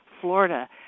Florida